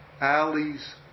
alleys